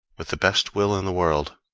with the best will in the world,